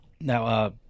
Now